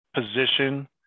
position